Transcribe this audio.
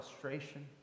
frustration